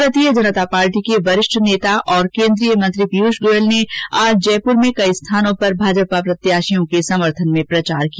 भारतीय जनता पार्टी के वरिष्ठ नेता और केन्द्रीय मंत्री पीयूष गोयल आज जयपुर में कई स्थानों पर भाजपा प्रत्याशियों के समर्थन में प्रचार किया